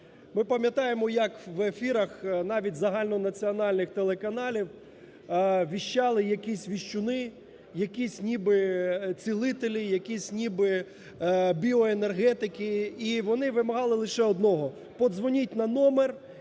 Ми пам'ятаємо навіть як в ефірах навіть загальнонаціональних каналів віщали якісь "віщуни", якісь ніби цілителі, якісь ніби біоенергетики, і вони вимагали лише одного: подзвоніть на номер,